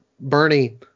Bernie